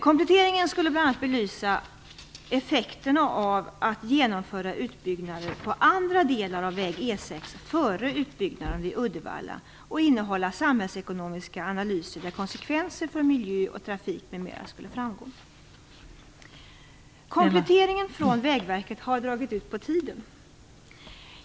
Kompletteringen skulle bl.a. belysa effekterna av att genomföra utbyggnaden på andra delar av väg E Kompletteringen från Vägverket har dragit ut på tiden.